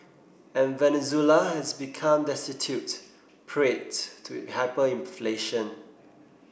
and Venezuela has become destitute to hyperinflation